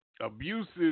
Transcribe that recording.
Abusive